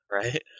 right